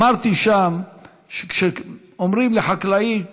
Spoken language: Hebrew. אמרתי שם שכשאומרים לחקלאי: